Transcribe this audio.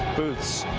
booths.